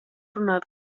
runāt